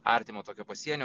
artimo tokio pasienio